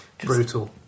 brutal